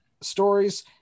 stories